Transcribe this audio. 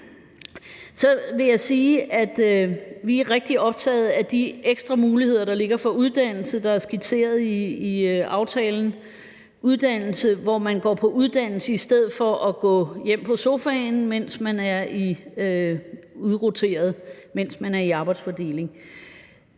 Så vil jeg sige, at vi er rigtig optaget af de ekstra muligheder for uddannelse, der er skitseret i aftalen, hvor man kan gå på uddannelse i stedet for at gå hjem på sofaen, mens man er del af en arbejdsfordeling.